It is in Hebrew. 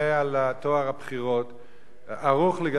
הפנים, או רק לשאלה הזו?